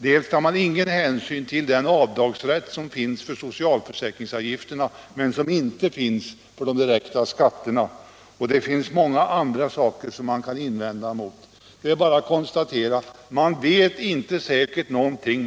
Dels tar man ingen hänsyn till den avdragsrätt som finns för socialförsäkringsavgifterna men inte för de direkta skatterna. Det finns många andra saker som man kan invända mot. Det är bara att konstatera: Ni vet inte säkert någonting.